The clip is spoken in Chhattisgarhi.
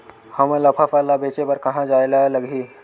हमन ला फसल ला बेचे बर कहां जाये ला लगही?